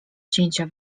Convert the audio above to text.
cięcia